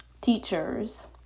Teachers